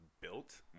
built